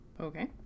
Okay